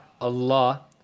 Allah